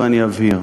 ואני אבהיר.